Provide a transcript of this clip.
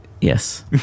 Yes